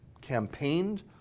campaigned